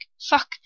Fuck